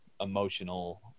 emotional